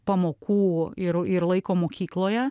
pamokų ir ir laiko mokykloje